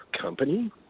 company